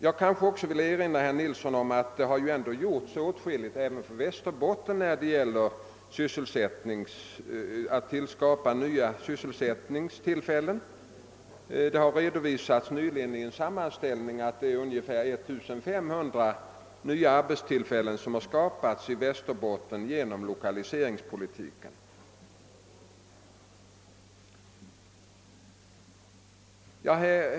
Jag vill också erinra herr Nilsson i Tvärålund om att åtskilligt har gjorts även i Västerbotten för att skapa nya sysselsättningstillfällen — nyligen har i en sammanställning redovisats att ungefär 1500 nya arbetstillfällen har skapats där genom lokaliseringspolitiken.